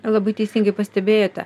labai teisingai pastebėjote